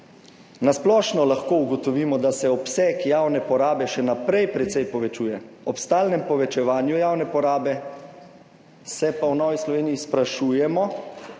Na splošno lahko ugotovimo, da se obseg javne porabe še naprej precej povečuje, ob stalnem povečevanju javne porabe, se pa v Novi Sloveniji sprašujemo,